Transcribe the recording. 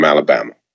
Alabama